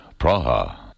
Praha